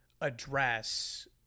address